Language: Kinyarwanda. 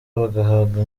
bagahabwa